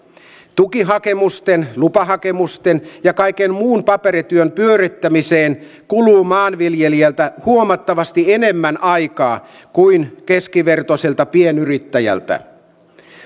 tukihakemusten lupahakemusten ja kaiken muun paperityön pyörittämiseen kuluu maanviljelijältä huomattavasti enemmän aikaa kun keskivertoiselta pienyrittäjältä